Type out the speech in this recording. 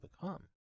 become